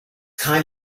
kind